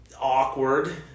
awkward